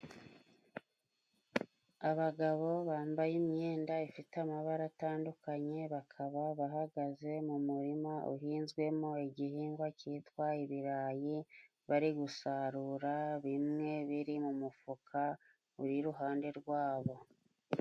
Abagabo bambaye imyenda ifite amabara atandukanye bakaba bahagaze mu murima uhinzwemo igihingwa cyitwa ibirayi, bari gusarura ,bimwe biri mu mufuka uri iruhande rwabo.